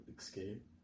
escape